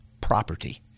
property